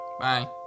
Bye